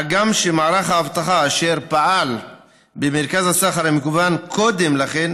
אף שמערך האבטחה אשר פעל במרכז הסחר המקוון קודם לכן